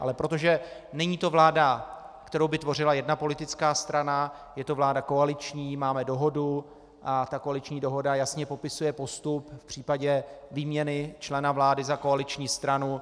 Ale protože není to vláda, kterou by tvořila jedna politická strana, je to vláda koaliční, máme dohodu a ta koaliční dohoda jasně popisuje postup v případě výměny člena vlády za koaliční stranu.